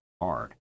hard